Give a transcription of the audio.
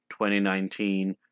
2019